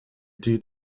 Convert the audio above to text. due